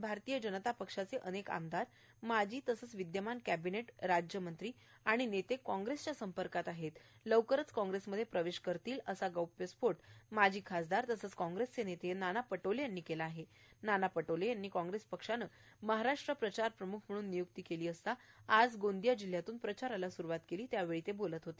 सध्याच्या घडीला भरतीत जनता पक्षाचे अनेक आमदार एमाजी तसेच विद्यमान कॅबिनेट राज्यमंत्री नेते कॉग्रेस च्या संपर्कात आहे लवकरच कॉग्रेस मध्ये प्रवेश करतील असा गोफ्य स्फोट माजी खासदार तसेच कॉग्रेस नेते नाना पटोले यांनी केला नाना पटोले याची कॉग्रेस पक्षाने महाराष्ट्र प्रचार प्रम्ख म्हणून निय्क्ती केली असता त्यांनी आज गोंदिया जिल्यातून प्रचाराला सुरवात केली असताना ते बोलत होते